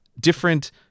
different